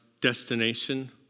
destination